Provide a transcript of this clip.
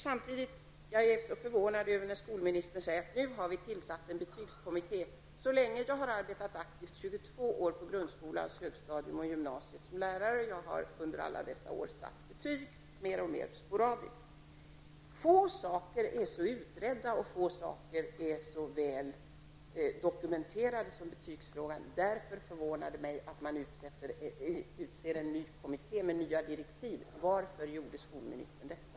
Jag blir förvånad när skolministern säger att regeringen nu har tillsatt en betygskommitté. Under de 22 år som jag aktivt arbetat som lärare på grundskolans högstadium och på gymnasiet har jag alltmer sporadiskt satt betyg. Få saker är så utredda och så väl dokumenterade som betygsfrågan. Det förvånar mig därför att man nu utsett en ny kommitté med nya direktiv. Varför gjorde skolministern detta?